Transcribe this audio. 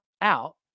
out